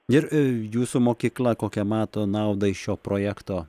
ir jūsų mokykla kokią mato naudą iš šio projekto